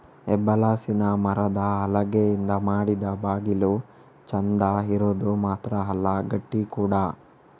ಹೆಬ್ಬಲಸಿನ ಮರದ ಹಲಗೆಯಿಂದ ಮಾಡಿದ ಬಾಗಿಲು ಚಂದ ಇರುದು ಮಾತ್ರ ಅಲ್ಲ ಗಟ್ಟಿ ಕೂಡಾ